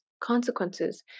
consequences